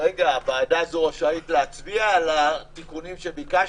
הוועדה הזאת רשאית להצביע על התיקונים שביקשנו?